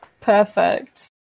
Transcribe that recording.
Perfect